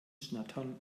schnattern